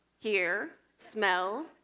hear, smell,